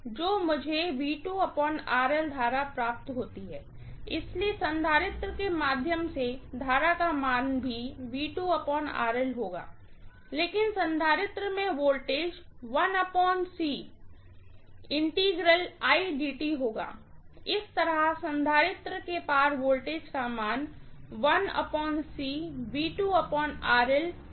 तो मुझे करंट प्राप्त होती है इसलिए कपैसिटर के माध्यम से करंट का मान भी होगा लेकिन कपैसिटर में वोल्टेज होगा इस तरह कपैसिटर के पार वोल्टेज का मान होगा